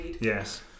Yes